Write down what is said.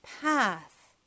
path